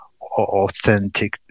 authentic